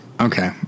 Okay